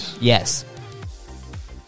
Yes